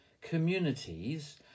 communities